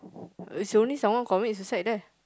it's only someone commit suicide there